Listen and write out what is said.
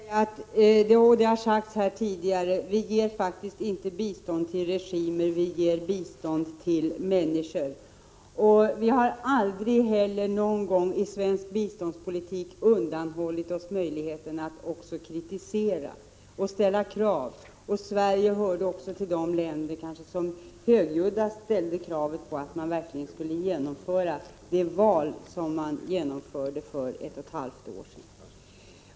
Herr talman! Jag vill bara säga — och det har sagts här tidigare — att vi faktiskt inte ger bistånd till regimer, vi ger bistånd till människor. Och vi har aldrig heller någon gång i svensk biståndspolitik undanhållit oss möjligheten att kritisera och ställa krav. Sverige hörde till de länder som kanske högljuddast krävde att man verkligen skulle genomföra de val i Nicaragua som ägde rum för ett och ett halvt år sedan.